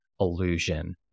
illusion